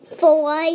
four